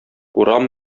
урам